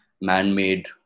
man-made